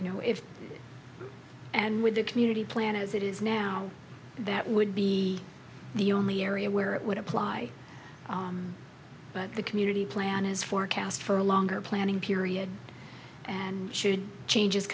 you know if and with the community plan as it is now that would be the only area where it would apply but the community plan is forecast for a longer planning period and should changes